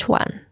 one